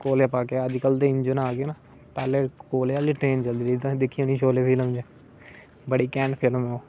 कोले पाइयै अजकल ते इजन आ गे ना पहले कोयले आहली ट्रेन चलदी ही तुसें दिक्खी होनी शोले फिल्म च बड़ी घैंट फिल्म ही